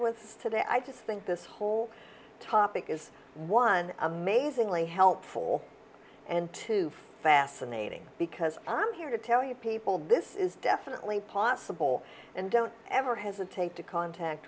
was today i just think this whole topic is one amazingly helpful and too fascinating because i'm here to tell you people this is definitely possible and don't ever hesitate to contact